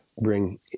bring